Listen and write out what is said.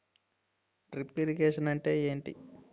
Drip irrigation అంటే ఏమిటి?